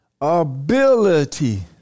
ability